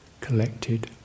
collected